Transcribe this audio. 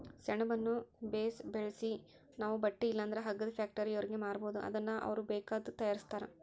ಸೆಣಬುನ್ನ ಬೇಸು ಬೆಳ್ಸಿ ನಾವು ಬಟ್ಟೆ ಇಲ್ಲಂದ್ರ ಹಗ್ಗದ ಫ್ಯಾಕ್ಟರಿಯೋರ್ಗೆ ಮಾರ್ಬೋದು ಅದುನ್ನ ಅವ್ರು ಬೇಕಾದ್ದು ತಯಾರಿಸ್ತಾರ